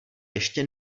ještě